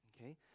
Okay